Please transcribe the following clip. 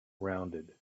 rounded